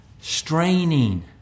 straining